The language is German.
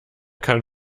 kann